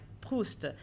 Proust